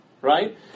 right